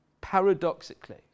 paradoxically